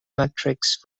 metrics